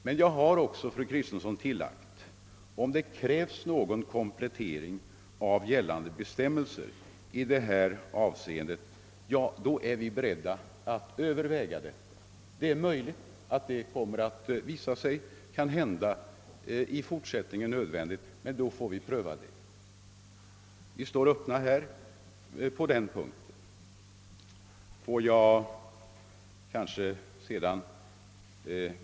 Men jag har också tillagt, fru Kristensson, att om det krävs någon komplettering av gällande bestämmelser i detta avseende, så är vi beredda att överväga detta. Det är möjligt att det i fortsättningen kommer att visa sig vara nödvändigt, men vi får då pröva den saken. Vi står öppna på den punkten.